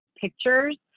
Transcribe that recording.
pictures